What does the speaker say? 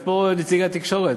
יש פה נציגי תקשורת?